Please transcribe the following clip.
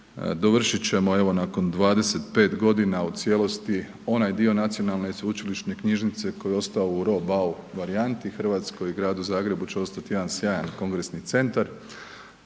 dovršit ćemo evo nakon 25.g. u cijelosti onaj dio Nacionalne sveučilišne knjižnice koji je ostao u roh bau varijanti, RH i Gradu Zagrebu će ostat jedan sjajan kongresni centar,